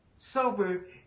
sober